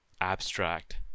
...abstract